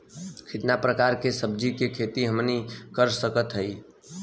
कितना प्रकार के सब्जी के खेती हमनी कर सकत हई?